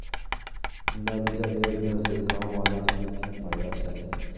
नल जल योजना से गाँव वालार की की फायदा छे?